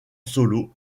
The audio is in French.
solo